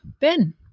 Ben